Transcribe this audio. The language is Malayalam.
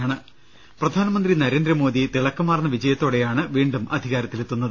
്്്്്്് പ്രധാനമന്ത്രി നരേന്ദ്രമോദി തിളക്കമാർന്ന വിജയത്തോടെയാണ് വീണ്ടും അധികാരത്തിലെത്തുന്നത്